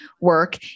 work